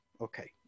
Okay